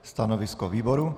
Stanovisko výboru?